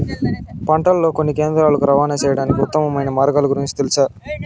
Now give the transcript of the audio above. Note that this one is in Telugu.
పంటలని కొనే కేంద్రాలు కు రవాణా సేయడానికి ఉత్తమమైన మార్గాల గురించి తెలుసా?